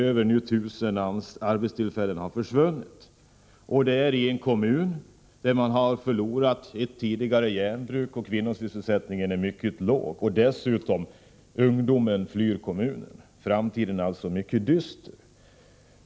Över 1 000 arbetstillfällen har försvunnit, och detta i en kommun där man förlorat ett tidigare järnbruk och där kvinnosysselsättningen är mycket låg. Dessutom flyr ungdomen kommunen. Framtiden är alltså mycket dyster.